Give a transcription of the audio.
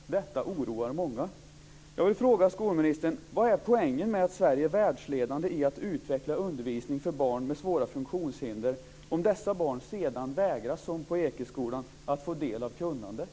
Detta oroar många. Jag vill fråga skolministern vilken poängen är med att Sverige är världsledande i att utveckla undervisning för barn med svåra funktionshinder om dessa barn sedan, som på Ekeskolan, vägras att få del av kunnandet.